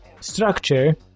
structure